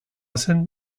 zen